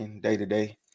day-to-day